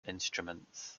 instruments